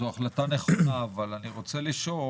זו החלטה נכונה אבל אני רוצה לשאול